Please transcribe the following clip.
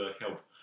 help